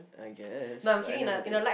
I guess but I never did